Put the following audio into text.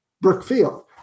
Brookfield